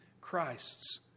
Christ's